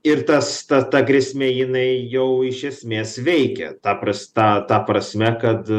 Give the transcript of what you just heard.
ir tas ta ta grėsmė jinai jau iš esmės veikia ta pras ta ta prasme kad